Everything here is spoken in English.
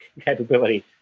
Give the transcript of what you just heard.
capability